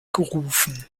gerufen